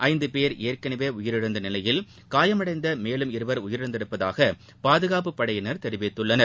ஐந்து பேர் ஏற்களவே உயிரிழந்த நிலையில் காயமடைந்த மேலும் இருவர் உயிரிழந்துள்ளதாக பாதுகாப்பு படையினர் தெரிவித்துள்ளனர்